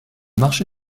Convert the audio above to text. marché